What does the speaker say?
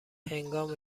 هنگام